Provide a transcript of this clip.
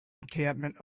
encampment